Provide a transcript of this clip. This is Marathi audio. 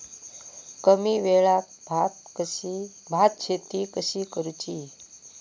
कमी वेळात भात शेती कशी करुची?